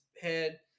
head